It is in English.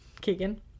Keegan